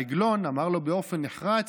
העגלון אמר לו באופן נחרץ: